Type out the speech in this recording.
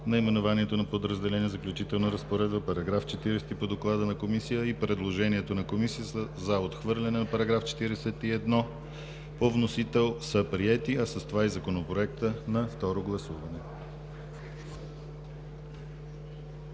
Наименованието на подразделение „Заключителна разпоредба“, § 40 по доклада на Комисията и предложението на Комисията за отхвърляне на § 41 по вносител са приети, а с това и Законопроектът на второ гласуване.